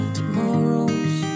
tomorrows